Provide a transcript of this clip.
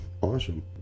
awesome